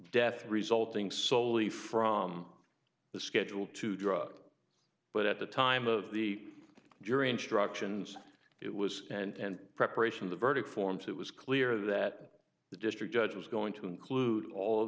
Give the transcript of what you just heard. death resulting solely from the schedule two drugs but at the time of the jury instructions it was and preparation the verdict forms it was clear that the district judge was going to include all